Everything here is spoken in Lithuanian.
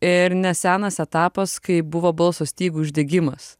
ir nesenas etapas kai buvo balso stygų uždegimas